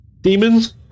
Demons